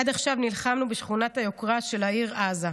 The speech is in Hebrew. עד עכשיו נלחמנו בשכונת היוקרה של העיר עזה,